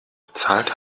bezahlt